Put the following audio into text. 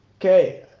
Okay